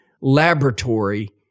laboratory